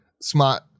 smart